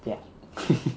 ya